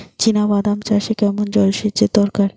চিনাবাদাম চাষে কেমন জলসেচের দরকার?